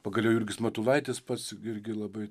pagaliau jurgis matulaitis pats irgi labai